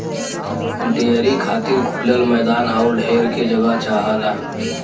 dairy खातिर खुलल मैदान आउर ढेर के जगह चाहला